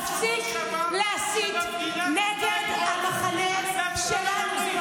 תפסיק להסית נגד המחנה שלנו.